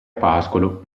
pascolo